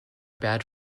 bad